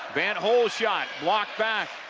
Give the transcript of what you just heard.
van't hul shot blocked back.